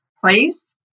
place